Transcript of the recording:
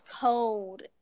cold